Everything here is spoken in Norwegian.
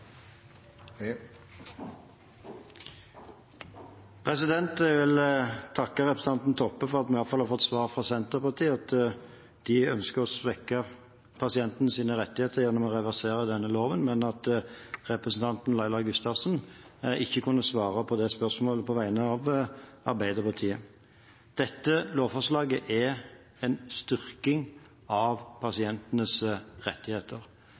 Jeg vil takke representanten Toppe for at vi i hvert fall har fått svar fra Senterpartiet om at de ønsker å svekke pasientenes rettigheter gjennom å reversere denne loven, mens representanten Laila Gustavsen ikke kunne svare på det spørsmålet på vegne av Arbeiderpartiet. Dette lovforslaget er en styrking av pasientenes rettigheter.